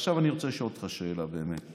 ועכשיו אני רוצה לשאול אותך שאלה להיגיון.